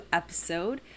episode